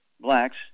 blacks